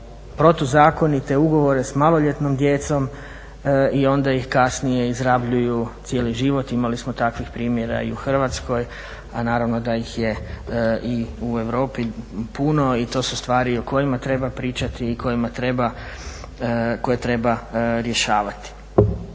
protuzakonite ugovore sa maloljetnom djecom i onda ih kasnije izrabljuju cijeli život. Imali smo takvih primjera i u Hrvatskoj, a naravno da ih u Europi puno i to su stvari o kojima treba pričati i koje treba rješavati.